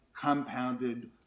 compounded